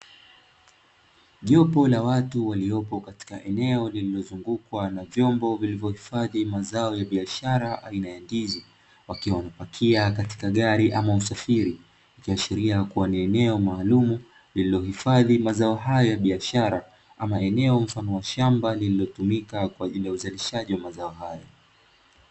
Jopo la watu waliopo katika eneo lililozungukwa na vyombo vilivyo hifadhi mazao ya biashara aina ya ndizi, wakiwa wamepakia katika gari ama usafiri, ikiashiria kuwa ni eneo maalumu lililo hifadhi mazao hayo ya biashara ama eneo mfano wa shamba lililotumika kwa ajili ya uzalishaji wa mazao hayo.